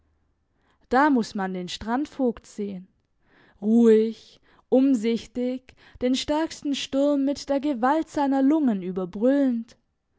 da muss man den strandvogt sehen ruhig umsichtig den stärksten sturm mit der gewalt seiner lungen